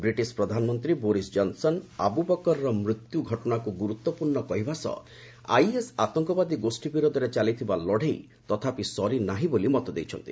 British ପ୍ରଧାନମନ୍ତ୍ରୀ Boris Johnson Abu ବକରର ମୃତ୍ୟୁ ଘଟଣାକୁ ଗୁରୁତ୍ୱପୂର୍ଣ୍ଣ କହିବା ସହ ଆଇଏସ୍ ଆତଙ୍କବାଦୀ ଗୋଷ୍ଠୀ ବିରୋଧରେ ଚାଲିଥିବା ଲଡ଼େଇ ତଥାପି ସରି ନାହିଁ ବୋଲି ମତ ଦେଇଛନ୍ତି